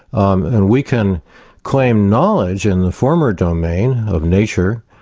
um and we can claim knowledge in the former domain of nature,